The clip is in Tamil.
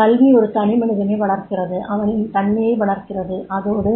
கல்வி ஒரு தனிமனிதனை வளர்க்கிறது அவனின் தன்மையை வளர்க்கிறது அதோடு